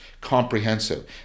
comprehensive